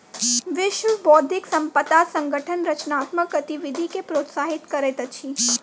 विश्व बौद्धिक संपदा संगठन रचनात्मक गतिविधि के प्रोत्साहित करैत अछि